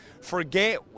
Forget